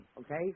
Okay